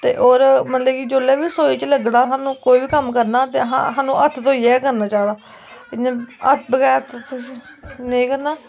तो होर जिसलै बी रसोई च लग्गना सानू कोई बी कम्म करना ते सानू हत्थ धोइयै गै करना चाहिदा इ'यां बगैर नेईं करना